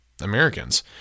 Americans